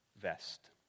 vest